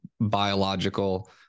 biological